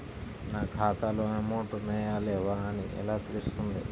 నా ఖాతాలో అమౌంట్ ఉన్నాయా లేవా అని ఎలా తెలుస్తుంది?